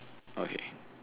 okay